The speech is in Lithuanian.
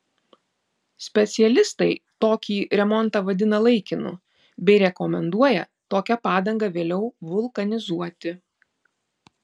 specialistai tokį remontą vadina laikinu bei rekomenduoja tokią padangą vėliau vulkanizuoti